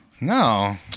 No